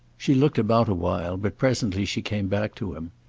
she looked about a while, but presently she came back to him.